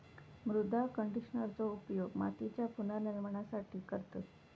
मृदा कंडिशनरचो उपयोग मातीच्या पुनर्निर्माणासाठी करतत